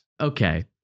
Okay